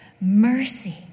Mercy